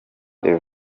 the